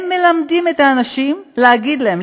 הם מלמדים את האנשים להגיד להם,